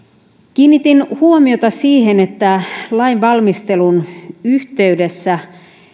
kiinnitin huomiota siihen että lainvalmistelun yhteydessä